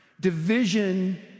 division